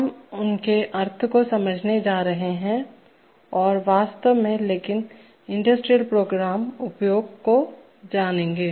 हम उनके अर्थ को समझने जा रहे हैं और वास्तव मेंलेकिन इंडस्ट्रियल प्रोग्राम उपयोग को जानेंगे